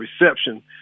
reception